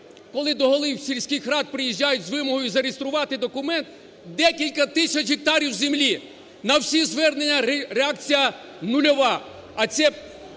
Коли до голів сільських рад приїжджають з вимогою зареєструвати документ в декілька тисяч гектарів землі! На всі звернення реакція нульова.